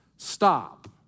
stop